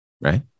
right